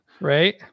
Right